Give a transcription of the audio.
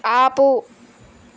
ఆపు